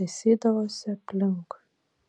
tąsydavosi aplinkui